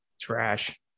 Trash